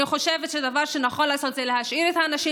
אני חושבת שהדבר שנכון לעשות זה להשאיר את האנשים